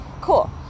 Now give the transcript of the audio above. Cool